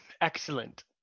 Excellent